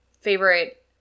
favorite